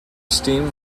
steam